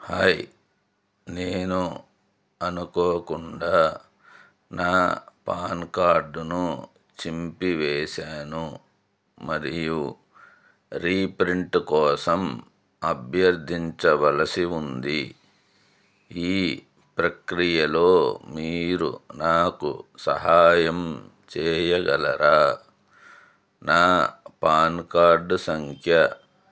hi నేను అనుకోకుండా నా పాన్ కార్డును చింపివేసాను మరియు రీప్రింట్ కోసం అభ్యర్థించవలసి ఉంది ఈ ప్రక్రియలో మీరు నాకు సహాయం చేయగలరా నా పాన్ కార్డు సంఖ్య